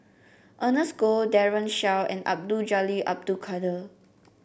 Ernest Goh Daren Shiau and Abdul Jalil Abdul Kadir